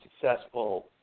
successful